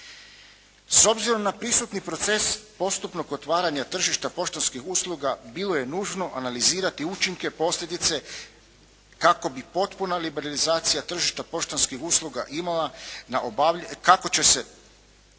S obzirom na prisutni proces postupnog otvaranja tržišta poštanskih usluga bilo je nužno analizirati učinke posljedice kako bi potpuna liberalizacija tržišta poštanskih usluga imala kako će se